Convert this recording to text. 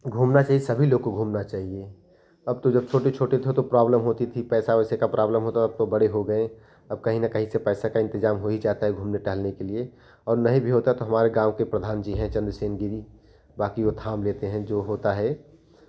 घूमना चाहिए सभी लोग को घूमना चाहिए अब तो जब छोटे छोटे थे थो तो प्रॉब्लम होती थी पैसा वैसे का प्राब्लम होता अब तो बड़े हो गए अब कहीं न कहीं से पैसे का इंतेज़ाम हो ही जाता है घूमने टहलने के लिए और नहीं भी होता तो हमारे गाँव के प्रधान जी हैं चंद्रसेन गिरी व् बाकि ओ थाम लेते हैं जो होता है